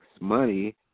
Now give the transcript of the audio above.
money